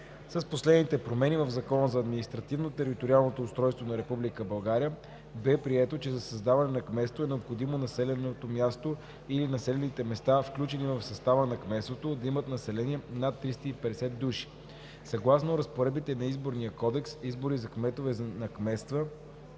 С последните промени в Закона за административно-териториалното устройство на Република България бе прието, че за създаване на кметство е необходимо населеното място или населените места, включени в състава на кметството, да имат население над 350 души. Съгласно разпоредбите на Изборния кодекс избори за кметове на кметства